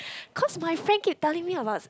cause my friend keep telling me about